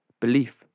Belief